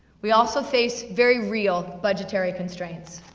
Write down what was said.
we also face very real budgetary constraints.